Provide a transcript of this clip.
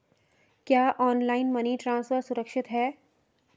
क्या online money transfer सुरक्षित है?